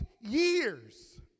years